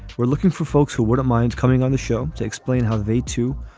we're looking for folks who wouldn't mind coming on the show to explain how they, too,